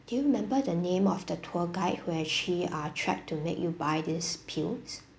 do you remember the name of the tour guide who actually uh tried to make you buy this pills